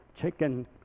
chicken